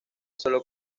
solo